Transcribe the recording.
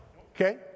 Okay